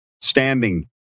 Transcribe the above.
standing